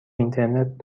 اینترنت